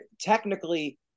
technically